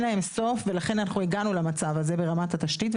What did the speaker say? להם סוף ולכן אנחנו הגענו למצב הזה ברמת התשתית.